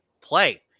play